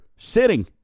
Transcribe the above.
sitting